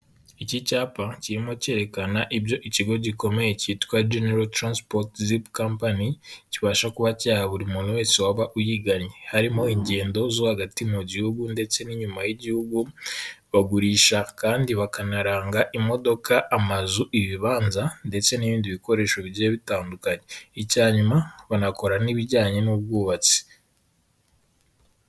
Icyi cyapa kirimo cyerekana ibyo ikigo gikomeye cyitwa genero taransiporo compani kibasha kuba cyaha buri muntu wese waba uyigannye, harimo ingendo zo hagati mu gihugu ndetse nyuma y'igihugu, bagurisha kandi bakanaranga imodoka amazu ibibanza ndetse n'ibindi bikoresho bigiye bitandukanye icya nyuma banakora n'ibijyanye n'ubwubatsi.